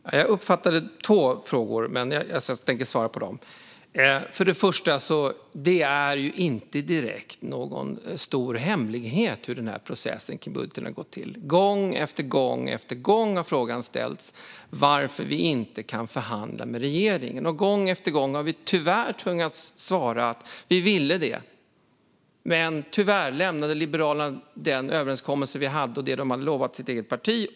Herr ålderspresident! Jag uppfattade två frågor, och jag tänker svara på dem. Först och främst: Det är inte direkt någon stor hemlighet hur processen kring budgeten har gått till. Gång efter gång har frågan ställts varför vi inte kan förhandla med regeringen. Och gång efter gång har vi tyvärr tvingats svara: Vi ville det, men tyvärr lämnade Liberalerna den överenskommelse vi hade och det de hade lovat sitt eget parti.